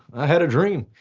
i had a dream,